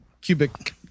cubic